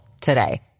today